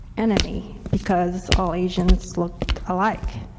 enemy, because all asians look alike.